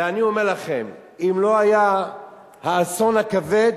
ואני אומר לכם, אם לא היה האסון הכבד,